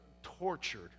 tortured